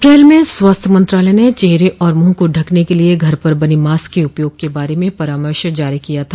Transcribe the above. अप्रैल में स्वास्थ्य मंत्रालय ने चेहरे और मुंह को ढकने के लिए घर पर बने मास्क के उपयोग के बारे में परामर्श जारी किया था